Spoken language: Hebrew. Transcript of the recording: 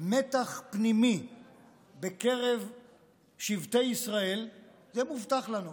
מתח פנימי בקרב שבטי ישראל, זה מובטח לנו.